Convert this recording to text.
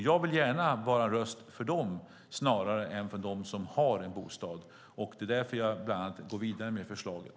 Jag vill gärna vara en röst för dem snarare än för dem som redan har en bostad. Det är bland annat därför jag går vidare med förslaget.